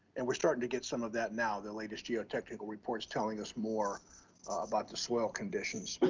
and we're starting to get some of that now, the latest geotechnical reports telling us more about the soil conditions. but